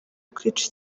kwica